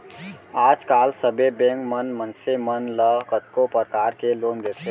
आज काल सबे बेंक मन मनसे मन ल कतको परकार के लोन देथे